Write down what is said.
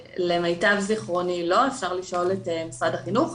למיטב זכרוני לא, אפשר לשאול את משרד החינוך.